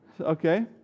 Okay